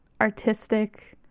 artistic